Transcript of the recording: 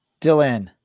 Dylan